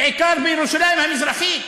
בעיקר בירושלים המזרחית.